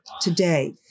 today